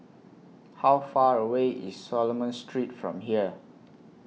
How Far away IS Solomon Street from here